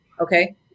Okay